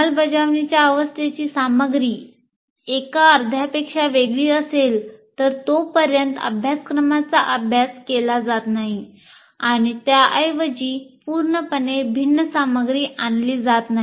अंमलबजावणीच्या अवस्थेची सामग्री एका अर्ध्यापेक्षा वेगळी असेल तर तोपर्यंत अभ्यासक्रमाचा अभ्यास केला जात नाही आणि त्याऐवजी पूर्णपणे भिन्न सामग्री आणली जात नाही